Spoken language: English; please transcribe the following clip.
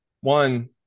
one